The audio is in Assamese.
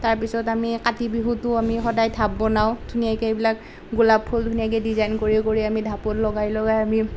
তাৰ পিছত আমি কাতি বিহুতো আমি সদায় ঢাপ বনাওঁ ধুনীয়াকৈ এইবিলাক গোলাপ ফুল ধুনীয়াকৈ ডিজাইন কৰি কৰি আমি ঢাপত লগাই লগাই আমি